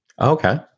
Okay